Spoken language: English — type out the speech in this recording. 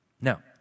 Now